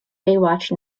baywatch